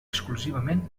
exclusivament